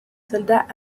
soldats